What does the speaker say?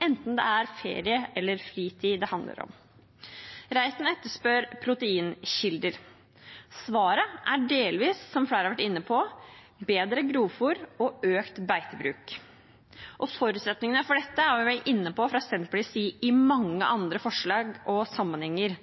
enten det er ferie eller fritid det handler om. Representanten Reiten etterspør proteinkilder. Svaret er, som flere har vært inne på, delvis bedre grovfôr og økt beitebruk. Forutsetningene for dette har vi vært inne på fra Senterpartiets side i mange andre forslag og sammenhenger.